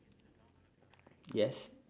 yes